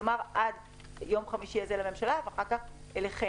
כלומר עד ליום חמישי זה לממשלה ואחר כך אליכם,